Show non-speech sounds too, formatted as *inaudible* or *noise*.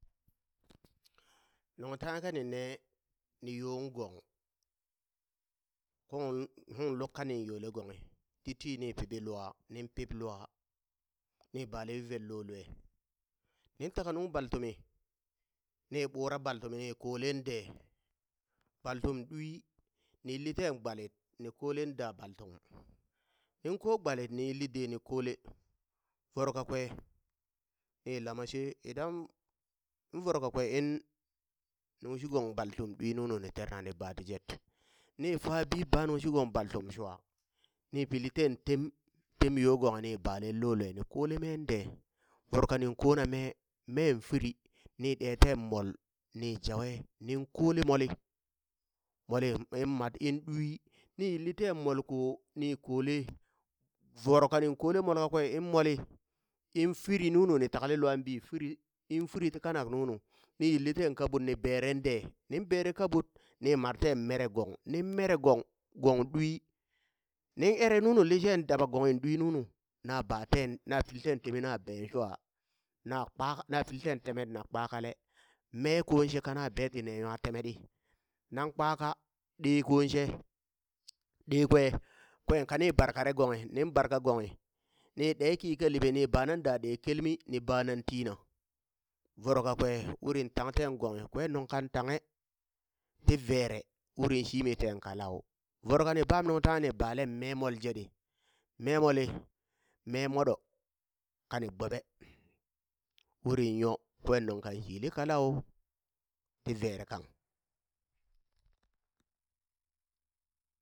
*noise* nuŋ tanghe kani nee, ni yoŋ gong, kung uŋ lukka nin yole gonghi, ti tii ni piɓi lua, niŋ pip lua ni bale yuvet lo lue, nin taka nuŋ baltumi, ni ɓura baltumi ni koleŋ de, baltum ɗwi ni yilli ten gbalit ni kolen da baltum, nin ko gbalit ni yilli dee ni kole voro kakwe ni lama she idan in voro kakwe in nungshugong baltum ɗwi nunu ni tere ni bati jet, ni fabi ba nungshugong baltum shwa, ni piliten tem tem yo gonghi ni bala lo lue ni kole men dee, voro kanin kona me meen firi, ni ɗee ten mol ni jawe nin kole moli, molin in mad in ɗwi ni yilli ten molko ni kole, voro kanin kole mol kakwe in moli, in firi nunu nin takale lua bi firi in firi ti kanak nunu, ni yilli ten kaɓut ni beren dee nin bere kaɓut ni marteŋ mere gong nin mere gong, gong ɗwi, nin ere nunu lishe daba gonghi ɗwi nunu, na baten na pilten temi na ben shwa, na kpaka na pilten temet na kpakale, mee kon she kana bee tine nwa temetɗi na kpaka, ɗee kon she, ɗee kwe kwen kani barkare gonghi, niŋ barka gonghi ni ɗe ki ka liɓe ni banan da ɗee kelmi ni banan tii na, voro kakwe urin tang ten gonghi kwen nuŋ kan tanghe ti vere, urin shimi teen kalau, voro kani baam nuŋ tanghe ni balem memol jeɗi, memoli me moɗo kani gboɓe urin nyo kwen nuŋ kan shili kalau ti vere kang. *noise*